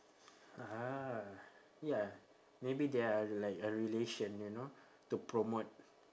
ah ya maybe they are like a relation you know to promote